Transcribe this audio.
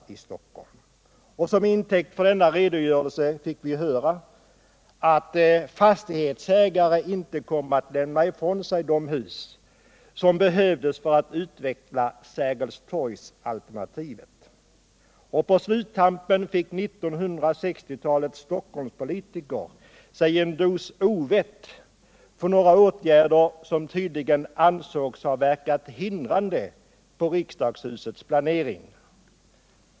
Som bevis för uppgifterna i den redogörelsen fick vi höra att fastighetsägare inte skulle komma att lämna ifrån sig de hus som behövs för att utveckla Sergelstorgs alternativet. På sluttampen fick 1960-talets politiker en dos ovett för några åtgärder som tydligen har verkat hindrande på riksdagshusets planering.